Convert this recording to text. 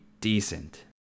decent